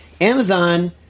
Amazon